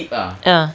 ah